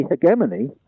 hegemony